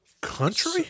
Country